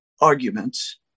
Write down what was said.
arguments